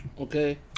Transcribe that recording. Okay